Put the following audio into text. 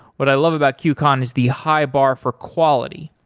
what i love about qcon is the high bar for quality,